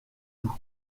doux